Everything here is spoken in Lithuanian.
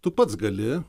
tu pats gali